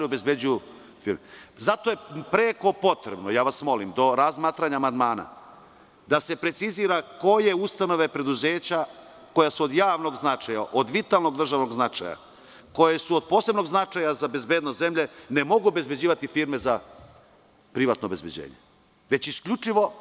Zato je preko potrebno, molim vas, do razmatranja amandmana da se precizira koje ustanove, preduzeća koja su od javnog značaja, od vitalnog državnog značaja, koje su od posebnog značaja za bezbednost zemlje ne mogu obezbeđivati firme za privatno obezbeđenje, već isključivo